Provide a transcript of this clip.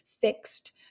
fixed